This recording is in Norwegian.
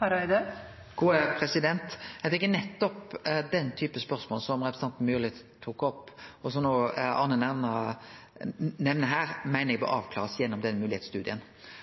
Det er nettopp den typen spørsmål som representanten Myrli tok opp, og som no Arne Nævra nemner her, eg meiner